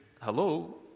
hello